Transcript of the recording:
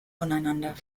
voneinander